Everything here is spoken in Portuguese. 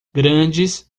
grandes